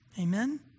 Amen